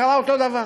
קרה אותו דבר.